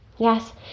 Yes